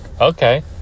okay